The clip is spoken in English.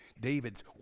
David's